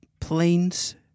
planes